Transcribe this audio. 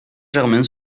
germain